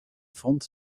vond